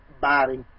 body